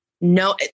no